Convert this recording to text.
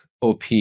OP